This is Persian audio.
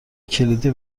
کلیدی